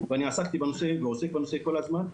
וזה נושא שעסקתי בו ואני עוסק בו כל הזמן,